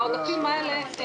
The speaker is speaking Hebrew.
העודפים האלה,